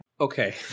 Okay